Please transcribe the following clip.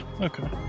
okay